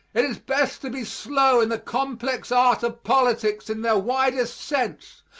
it is best to be slow in the complex arts of politics in their widest sense,